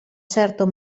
certo